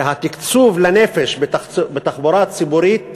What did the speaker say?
שהתקצוב לנפש בתחבורה הציבורית